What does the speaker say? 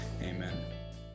Amen